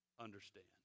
Understand